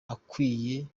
akwiye